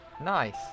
Nice